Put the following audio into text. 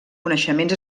coneixements